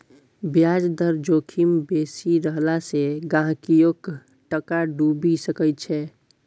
ब्याज दर जोखिम बेसी रहला सँ गहिंकीयोक टाका डुबि सकैत छै